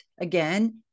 again